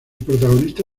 protagonista